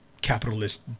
capitalist